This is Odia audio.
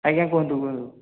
ଆଜ୍ଞା କୁହନ୍ତୁ କୁହନ୍ତୁ